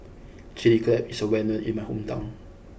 Chili Crab is well known in my hometown